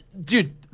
dude